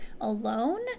alone